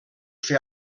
fer